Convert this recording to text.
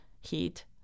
heat